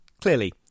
Clearly